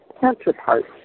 counterparts